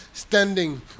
standing